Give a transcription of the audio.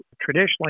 traditionally